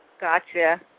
Gotcha